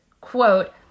quote